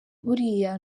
buriya